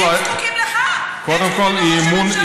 הם זקוקים לך, הם זקוקים לראש הממשלה.